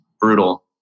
brutal